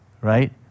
right